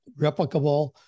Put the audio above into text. replicable